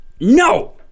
no